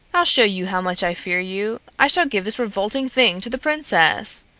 i'll show you how much i fear you. i shall give this revolting thing to the princess.